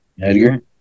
Edgar